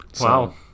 Wow